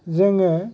जोङो